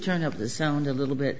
turn up the sound a little bit